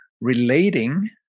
relating